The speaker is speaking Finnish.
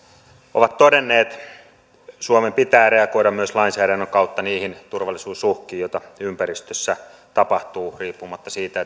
ovat todenneet suomen pitää reagoida myös lainsäädännön kautta niihin turvallisuusuhkiin joita ympäristössä tapahtuu riippumatta siitä